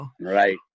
right